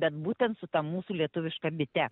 bet būtent su ta mūsų lietuviška bite